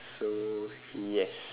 so yes